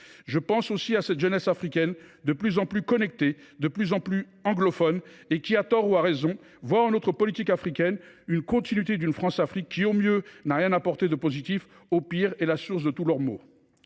Je pense aussi à cette jeunesse africaine, de plus en plus connectée, de plus en plus anglophone et qui, à tort ou à raison, voit en notre politique africaine la continuité d’une Françafrique qui, au mieux, n’a rien apporté de positif, au pire, est la source de tous ses maux.